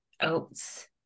oats